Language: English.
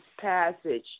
passage